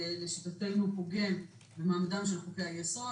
לשיטתנו הוא פוגם במעמדם של חוקי-היסוד,